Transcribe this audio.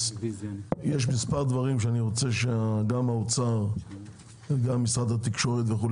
יש מספר דברים שאני רוצה שגם האוצר וגם משרד התקשורת יתייחסו.